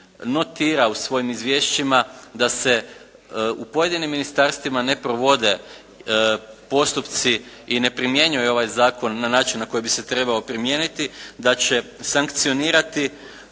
notira u svojim izvješćima da se u pojedinim ministarstvima ne provode postupci i ne primjenjuje ovaj zakon na način na koji bi se trebao primijeniti. Da će sankcionirati